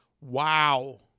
Wow